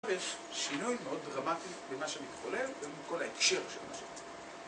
יש שינוי מאוד דרמטי במה שמתחולל ובכל ההקשר של מה שמתחולל